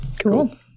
Cool